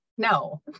No